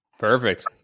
Perfect